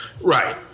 Right